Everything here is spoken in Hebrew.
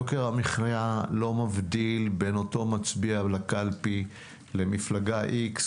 יוקר המחיה לא מבדיל בין אותו מצביע לקלפי למפלגה X,